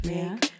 Make